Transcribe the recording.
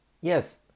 Yes